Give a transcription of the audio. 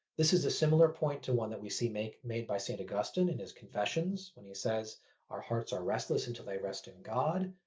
this is a similar point to one that we see made by st. augustine in his confessions, when he says our hearts are restless until they rest in god.